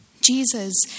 Jesus